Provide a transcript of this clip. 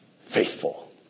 faithful